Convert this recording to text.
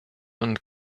und